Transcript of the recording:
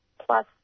plus